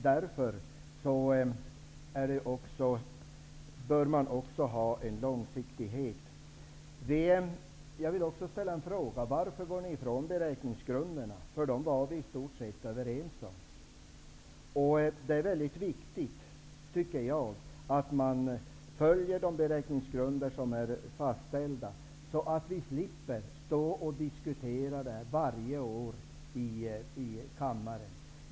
Därför bör man också ha en långsiktighet. Jag undrar också varför ni går ifrån beräkningsgrunderna. Dessa var vi ju i stort sett överens om. Det är väldigt viktigt att de beräkningsgrunder som är fastställda följs, så att vi slipper diskutera det här varje år i kammaren.